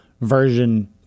version